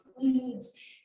includes